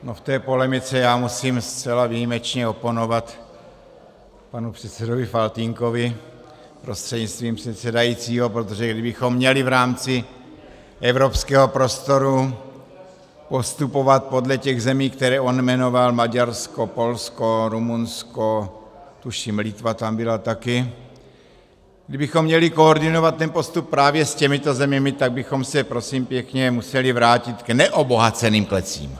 V té polemice musím zcela výjimečně oponovat panu předsedovi Faltýnkovi prostřednictvím pana předsedajícího, protože kdybychom měli v rámci evropského prostoru postupovat podle těch zemí, které on jmenoval, Maďarsko, Polsko, Rumunsko, tuším Litva tam byla taky, kdybychom měli koordinovat ten postup právě s těmito zeměmi, tak bychom se prosím pěkně museli vrátit k neobohaceným klecím.